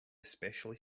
especially